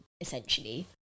essentially